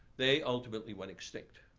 they ultimately went extinct.